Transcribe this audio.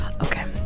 Okay